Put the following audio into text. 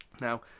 now